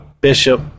Bishop